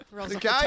Okay